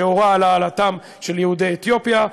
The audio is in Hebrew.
שהורה על העלאתם של יהודי אתיופיה.